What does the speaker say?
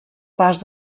pas